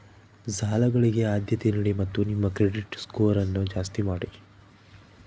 ಸಾಲಗಳಿಗೆ ಆದ್ಯತೆ ನೀಡಿ ಮತ್ತು ನಿಮ್ಮ ಕ್ರೆಡಿಟ್ ಸ್ಕೋರನ್ನು ಜಾಸ್ತಿ ಮಾಡಿ